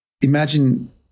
imagine